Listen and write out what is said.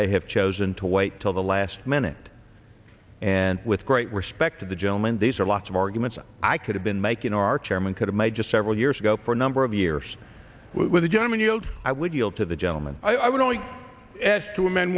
they have chosen to wait till the last minute and with great respect to the gentleman these are lots of arguments and i could have been making our chairman could have made just several years ago for a number of years with the gentleman yield i would yield to the gentleman i would